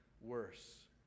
worse